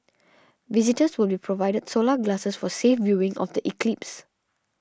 visitors will be provided solar glasses for safe viewing of the eclipse